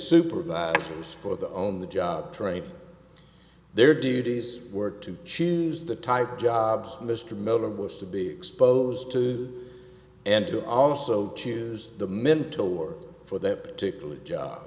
supervisor for the on the job training their duties were to choose the type jobs mr miller was to be exposed to and to also choose the mentor for that particular job